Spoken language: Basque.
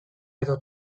edo